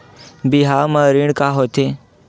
बिहाव म ऋण का होथे?